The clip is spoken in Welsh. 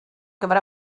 gyfer